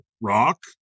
rock